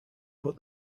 but